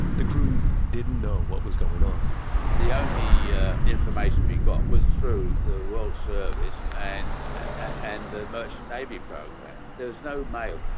the crews didn't know what was going on the only yeah information we got was through the world service and and the merchant navy program. there was no mail.